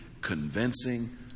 convincing